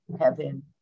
heaven